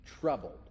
troubled